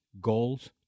goals